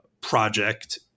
project